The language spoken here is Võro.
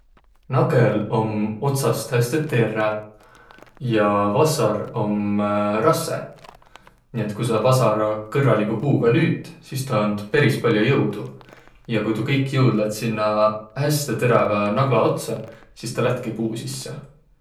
Nagõl om otsast häste terräv ja vassar om rassõ. Nii, et ku saq vasara kõrraligu huuga lüüt, sis tä and peris pall'o jõudu ja ku tuu kõik jõud lätt sinnäq häste terävä nagla otsa, sis tä lättki puu sisse.